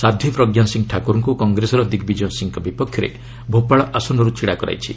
ସାଧ୍ୱି ପ୍ରଜ୍ଞା ସିଂହ ଠାକୁରଙ୍କୁ କଂଗ୍ରେସର ଦିଗ୍ ବିଜୟ ସିଂହଙ୍କ ବିପକ୍ଷରେ ଭୋପାଳ ଆସନର୍ତ୍ତ ପାର୍ଟି ଛିଡ଼ା କରାଇଛି